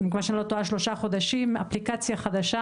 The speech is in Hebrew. אני מקווה שאני לא טועה שלושה חודשים אפליקציה חדשה,